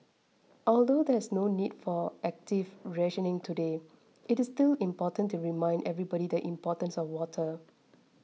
although there is no need for active rationing today it is still important to remind everybody the importance of water